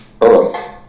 earth